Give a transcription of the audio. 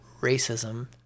racism